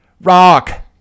rock